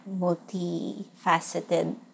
multifaceted